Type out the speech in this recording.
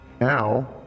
Now